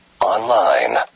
Online